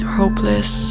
hopeless